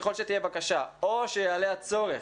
ככל שתהיה בקשה או שיעלה הצורך,